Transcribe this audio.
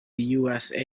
usa